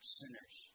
sinners